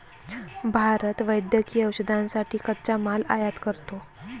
भारत वैद्यकीय औषधांसाठी कच्चा माल आयात करतो